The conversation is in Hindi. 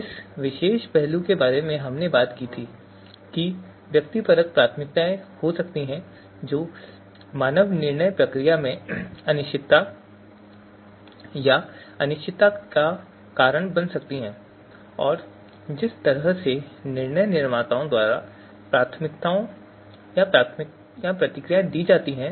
इस विशेष पहलू के बारे में हमने बात की थी कि व्यक्तिपरक प्राथमिकताएं हो सकती हैं जो मानव निर्णय प्रक्रिया में अनिश्चितता या अनिश्चितता का कारण बन सकती हैं और जिस तरह से निर्णय निर्माताओं द्वारा प्राथमिकताएं या प्रतिक्रियाएं दी जाती हैं